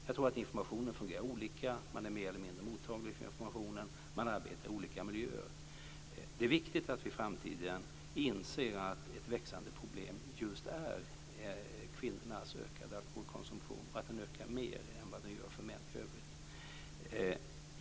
Jag tror att informationen fungerar olika - man är mer eller mindre mottaglig för informationen, och man arbetar i olika miljöer. Det är viktigt att vi i framtiden inser att kvinnornas ökade alkoholkonsumtion är ett växande problem och att den ökar mer än vad den gör för männen.